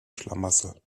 schlamassel